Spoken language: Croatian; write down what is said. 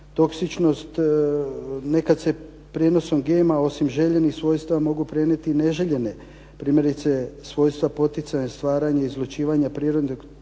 toksičnosti. Nekad se prijenosom gena osim željenih svojstava mogu prenijeti neželjene. Primjerice, svojstva poticaja stvaranja i izlučivanja prirodnih toksina